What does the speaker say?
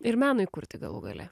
ir menui kurti galų gale